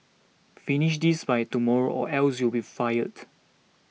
finish this by tomorrow or else you'll be fired